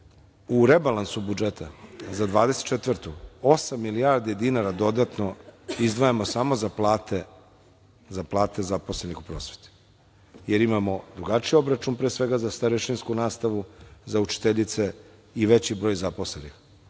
rebalansu budžeta za 2024. godinu, osam milijardi dinara dodatno izdvajamo samo za plate zaposlenih u prosveti, jer imamo drugačiji obračun, pre svega, za starešinsku nastavu, za učiteljice i veći broj zaposlenih. Mislim